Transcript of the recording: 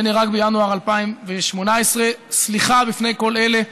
שנהרג בינואר 2018. סליחה בפני כל אלה,